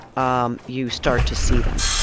um you start to see them,